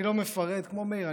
אני לא מפרט כמו מאיר,